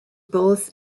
both